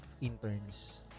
interns